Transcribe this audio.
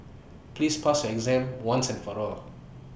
please pass your exam once and for all